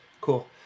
Cool